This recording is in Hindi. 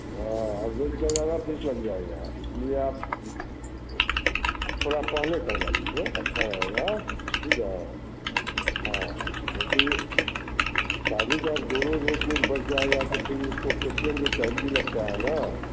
हाँ हर रोज का फेशियल जाएगा इसलिए आप तोड़ा पहले करवा लीजिए अच्छा रहेगा ठीक है हाँ क्योंकि शादी का दो रोज़ एक रोज़ बच जाएगा तो फिर उसको फेशियल में टाइम भी लगता है ना